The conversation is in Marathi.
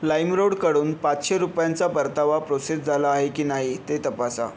लाईमरोडकडून पाचशे रुपयांचा परतावा प्रोसेस झाला आहे की नाही ते तपासा